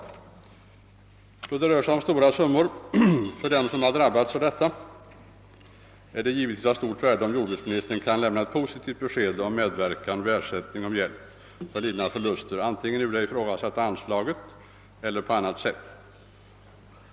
Eftersom det här rör sig om stora summor för dem som drabbas av översvämningen skulle det givetvis vara av stort värde om jordbruksministern kunde lämna ett positivt besked om medverkan vid ersättning och hjälp för lidna förluster, antingen ur det i frågan nämnda anslaget eller på annat sätt.